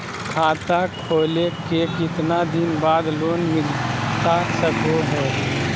खाता खोले के कितना दिन बाद लोन मिलता सको है?